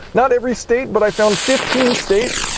not every state, but i found fifteen states,